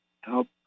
help